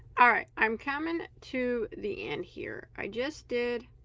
all right, i'm coming to the end here i just did